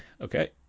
Okay